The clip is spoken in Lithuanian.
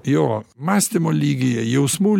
jo mąstymo lygyje jausmų